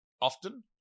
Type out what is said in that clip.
often